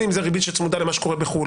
בין אם זו ריבית שצמודה למה שקורה בחוץ לארץ,